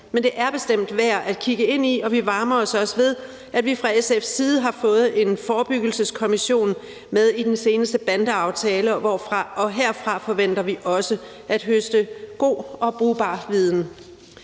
men det er bestemt værd at kigge ind i, og vi varmer os også ved, at vi har fået en forebyggelseskommission med i den seneste bandeaftale, og herfra forventer vi også at høste god og brugbar viden.